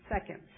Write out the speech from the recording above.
seconds